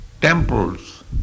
temples